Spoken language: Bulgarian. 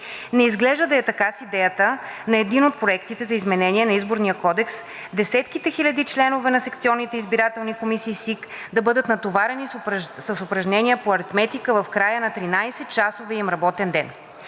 Не изглежда да е така с идеята на един от проектите за изменение на Изборния кодекс, десетките хиляди членове на секционните избирателни комисии – СИК, да бъдат натоварени с упражнения по аритметика в края на 13-часовия им работен ден.